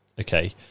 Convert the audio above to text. Okay